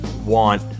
want